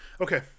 Okay